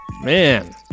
Man